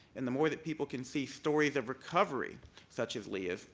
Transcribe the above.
and the more that people can see stories of recovery such as leah's,